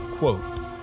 Quote